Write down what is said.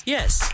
Yes